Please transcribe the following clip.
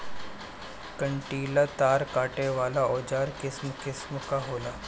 कंटीला तार काटे वाला औज़ार किसिम किसिम कअ होला